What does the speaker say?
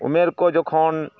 ᱩᱢᱮᱨᱠᱚ ᱡᱚᱠᱷᱚᱱ